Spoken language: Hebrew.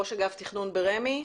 ראש אגף תכנון ברשות מקרקעי ישראל.